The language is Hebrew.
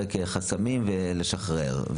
לפרק חסמים ולשחרר.